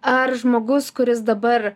ar žmogus kuris dabar